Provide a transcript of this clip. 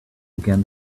again